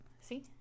See